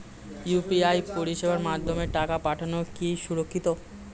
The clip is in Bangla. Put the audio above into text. ইউ.পি.আই পরিষেবার মাধ্যমে টাকা পাঠানো কি সুরক্ষিত?